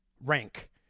rank